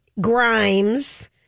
Grimes